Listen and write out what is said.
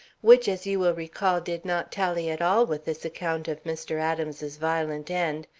which, as you will recall, did not tally at all with this account of mr. adams's violent end,